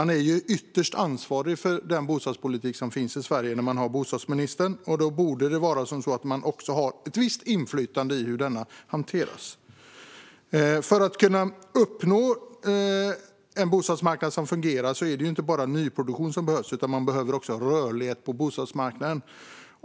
När man har bostadsministerposten är man ju ytterst ansvarig för Sveriges bostadspolitik, och då borde man också ha ett visst inflytande över hur denna hanteras. För att uppnå en bostadsmarknad som fungerar behövs inte bara nyproduktion utan även en rörlighet på bostadsmarknaden.